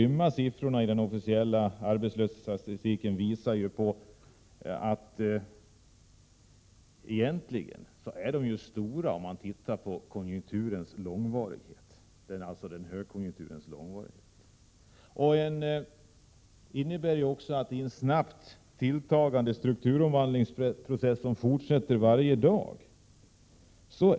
Siffrorna i den officiella arbetslöshetsstatistiken är egentligen mot bakgrund av högkonjunkturens långvarighet höga och grymma. Regeringens politik innebär en anpassning till en snabbt tilltagande strukturomvandling, som fortsätter varje dag.